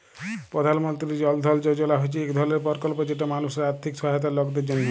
পধাল মলতিরি জল ধল যজলা হছে ইক ধরলের পরকল্প যেট মালুসের আথ্থিক সহায়তার লকদের জ্যনহে